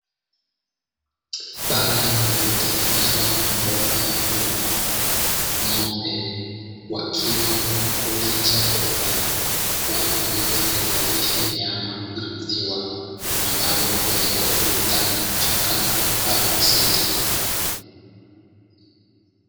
Banda liliotengenezwa kwa mabomba ya vyuma, ng'ombe wakiwa wanakula chakula kwa ajili ya kuzalisha nyama na maziwa, ambayo hupelekwa kiwandani kuchakatwa au kusindikwa.